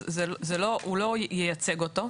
הוא לא ייצג אותו.